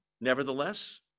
nevertheless